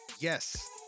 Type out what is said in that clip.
yes